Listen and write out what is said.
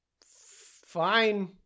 fine